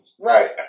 Right